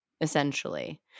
essentially